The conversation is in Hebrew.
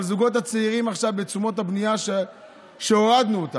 אבל בתשומות הבנייה שהורדנו,